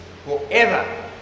forever